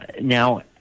Now